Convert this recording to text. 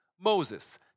Moses